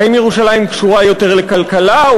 האם ירושלים קשורה יותר לכלכלה,